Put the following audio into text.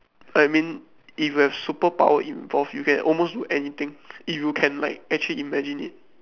I mean if you have superpower involved you can almost do anything if you can like actually imagine it